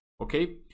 Okay